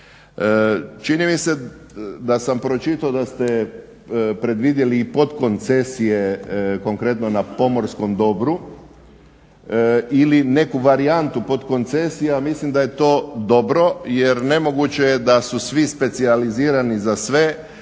Čini mi se da sam pročitao da ste predvidjeli podkoncesije konkretno na pomorskom dobru ili neku varijantu na podkoncesija. Mislim da je to dobro jer nemoguće je da su svi specijalizirani na sve,